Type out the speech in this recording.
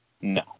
No